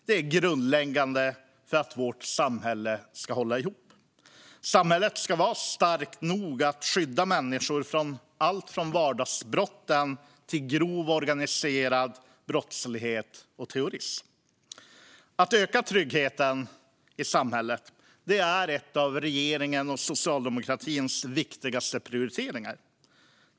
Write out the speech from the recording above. Det är grundläggande för att vårt samhälle ska hålla ihop. Samhället ska vara starkt nog att skydda människor från alltifrån vardagsbrott till grov organiserad brottslighet och terrorism. Att öka tryggheten i samhället är en av regeringens och socialdemokratins viktigaste prioriteringar.